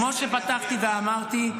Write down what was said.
כמו שפתחתי ואמרתי,